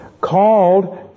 called